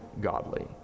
godly